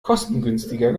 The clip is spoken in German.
kostengünstiger